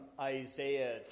Isaiah